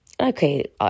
Okay